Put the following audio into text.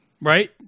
Right